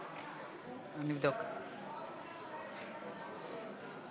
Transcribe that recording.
הח"כים הערבים עולים לדבר אחד אחרי השני בחוק הזה.